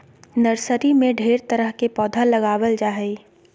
nursery में ढेर तरह के पौधा लगाबल जा हइ